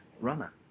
runner